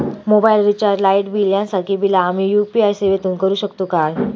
Mobile recharge, light bill यांसारखी बिला आम्ही यू.पी.आय सेवेतून करू शकतू काय?